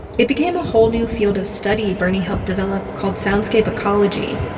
it became a whole new field of study bernie helped develop called soundscape ecology.